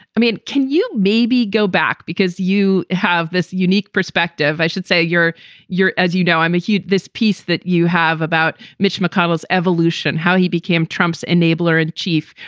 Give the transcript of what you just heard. i mean, can you maybe go back because you have this unique perspective, i should say. your you're as you know, i'm a huge. this piece that you have about mitch mcconnell's evolution, how he became trump's enabler in chief,